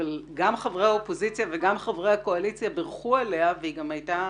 חברי אופוזיציה וגם חברי הקואליציה בירכו עליה והיא גם הייתה